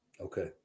okay